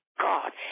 God